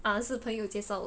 ah 是朋友介绍我的